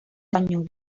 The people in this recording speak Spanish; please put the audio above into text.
español